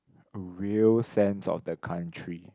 real sense of the country